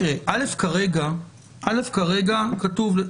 הערה חשובה של